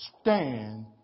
stand